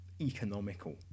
economical